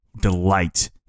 delight